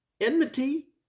enmity